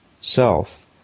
self